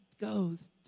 goes